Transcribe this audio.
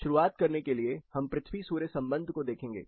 शुरुआत करने के लिए हम पृथ्वी सूर्य संबंध को देखेंगे